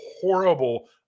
horrible